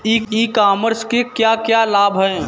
ई commerce के क्या क्या लाभ हैं?